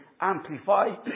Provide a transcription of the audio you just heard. amplify